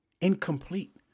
incomplete